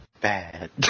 Bad